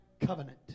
covenant